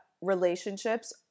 relationships